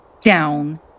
down